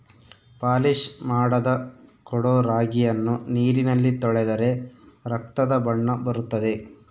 polish ಮಾಡದ ಕೊಡೊ ರಾಗಿಯನ್ನು ನೀರಿನಲ್ಲಿ ತೊಳೆದರೆ ರಕ್ತದ ಬಣ್ಣ ಬರುತ್ತದೆ